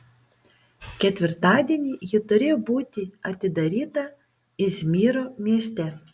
ketvirtadienį ji turėjo būti atidaryta izmyro mieste